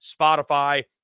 Spotify